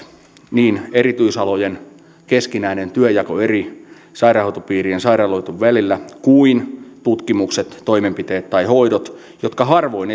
niin erityisalojen keskinäinen työnjako eri sairaanhoitopiirien sairaaloiden välillä kuin tutkimukset toimenpiteet tai hoidot jotka harvoin